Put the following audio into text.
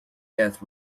death